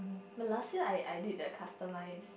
but last year I I did the customise